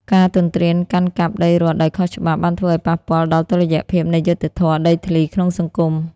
ការទន្ទ្រានកាន់កាប់ដីរដ្ឋដោយខុសច្បាប់ បានធ្វើឱ្យប៉ះពាល់ដល់តុល្យភាពនៃយុត្តិធម៌ដីធ្លីក្នុងសង្គម។